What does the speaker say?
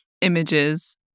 images